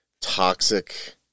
toxic